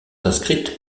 inscrites